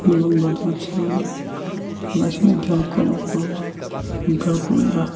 یَتھ مَنٛز بَتہٕ وَتہٕ چھِ رَنان یِم حظ چھِ مےٚ بِلکُل مَطلَب بِلکُلٕے اَکھ